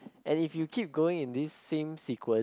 and if you keep going in this same sequence